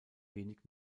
wenig